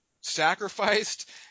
sacrificed